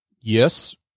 Yes